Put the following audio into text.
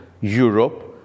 Europe